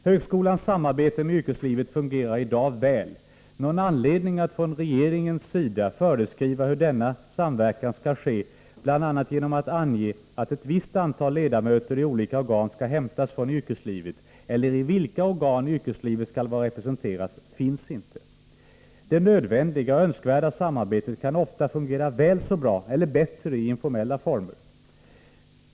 Högskolans samarbete med yrkeslivet fungerar i dag väl. Någon anledning att från regeringens sida föreskriva hur denna samverkan skall ske bl.a. genom att ange att ett visst antal ledamöter i olika organ skall hämtas från yrkeslivet, eller i vilka organ yrkeslivet skall vara representerat, finns inte. Det nödvändiga och önskvärda samarbetet kan ofta fungera väl så bra — eller bättre — i informella former.